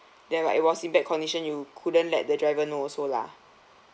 then but it was in bad condition you couldn't let the driver know also lah